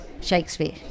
Shakespeare